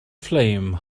flame